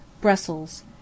Brussels